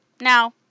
Now